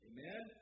Amen